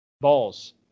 balls